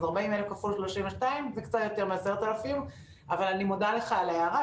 אז 40,000 כפול 32 זה קצת יותר מ-10,000 אבל אני מודה לך על ההערה.